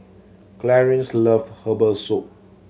Clarine's loves herbal soup